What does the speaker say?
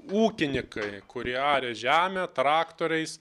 ūkinikai kurie aria žemę traktoriais